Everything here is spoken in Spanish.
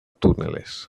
túneles